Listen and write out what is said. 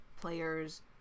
players